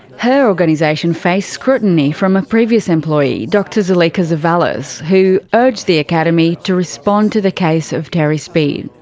her organisation faced scrutiny from a previous employee, dr zuleyka zevallos, who urged the academy to respond to the case of terry speed,